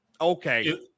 okay